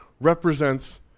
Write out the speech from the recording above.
represents